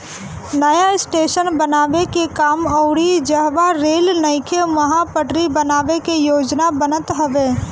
नया स्टेशन बनावे के काम अउरी जहवा रेल नइखे उहा पटरी बनावे के योजना बनत हवे